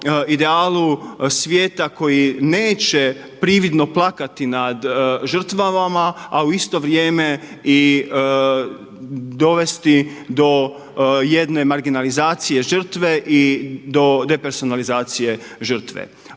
idealu svijeta koji neće prividno plakati nad žrtvama, a u isto vrijeme i dovesti do jedne marginalizacije žrtve i do depersonalizacije žrtve.